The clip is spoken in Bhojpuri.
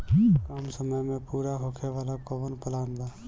कम समय में पूरा होखे वाला कवन प्लान बा?